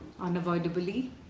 Unavoidably